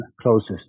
closest